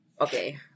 Okay